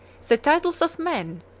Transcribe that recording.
the titles of men,